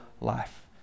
life